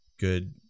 good